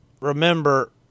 remember